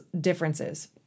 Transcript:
differences